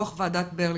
דו"ח וועדת ברלינר.